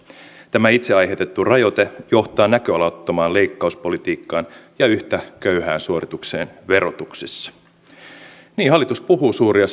tämä itse aiheutettu rajoite johtaa näköalattomaan leikkauspolitiikkaan ja yhtä köyhään suoritukseen verotuksessa hallitus puhuu suuria